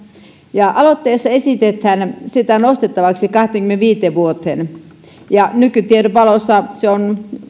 ja aloitteessa esitetään sitä nostettavaksi kahteenkymmeneenviiteen vuoteen nykytiedon valossa se on